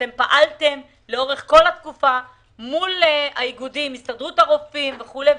אתם פעלתם לאורך כל התקופה מול האיגודים: הסתדרות הרופאים וכולי.